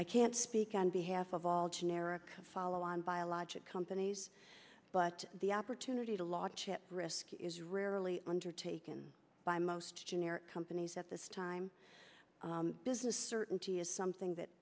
i can't speak on behalf of all generic follow on biologic companies but the opportunity to law chip risk is rarely undertaken by most generic companies at this time business certainty is something that